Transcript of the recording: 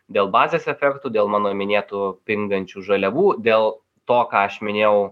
dėl bazės efekto dėl mano minėtų pingančių žaliavų dėl to ką aš minėjau